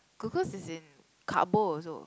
glucose is in carbo also